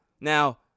Now